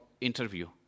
interview